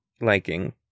liking